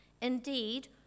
Indeed